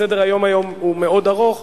סדר-היום: הצעת חוק ההוצאה לפועל (תיקון,